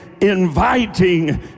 inviting